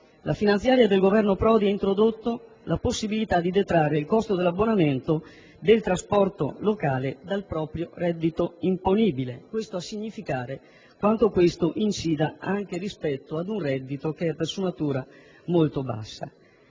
La finanziaria del Governo Prodi ha introdotto la possibilità di detrarre il costo dell'abbonamento del trasporto locale dal proprio reddito imponibile; dico questo per mostrare quanto tale costo incida rispetto ad un reddito che è per sua natura molto basso.